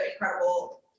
incredible